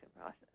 process